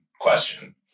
question